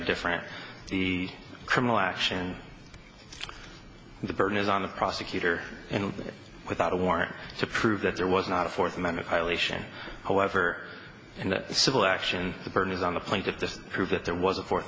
different the criminal action the burden is on the prosecutor and without a warrant to prove that there was not a fourth amendment violation however in a civil action the burden is on the plaintiff the prove that there was a fourth